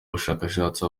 abashakashatsi